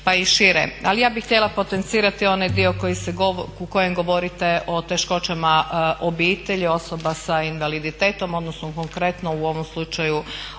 pa i šire. Ali ja bih htjela potencirati onaj dio u kojem govorite o teškoćama obitelji osoba sa invaliditetom odnosno konkretno u ovom slučaju